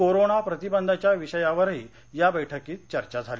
corona प्रतिबंधाच्या विषयावरही या बैठकीत चर्चा झाली